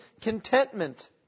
contentment